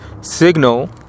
signal